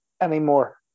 anymore